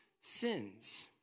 sins